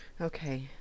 Okay